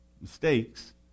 mistakes